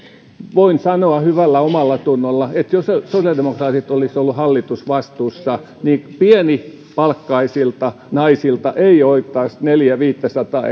voin sanoa hyvällä omallatunnolla että jos sosiaalidemokraatit olisivat olleet hallitusvastuussa niin pienipalkkaisilta naisilta ei oltaisi viety neljääsataa viiva viittäsataa